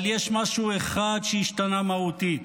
אבל יש משהו אחד שהשתנה מהותית: